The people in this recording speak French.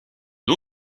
nom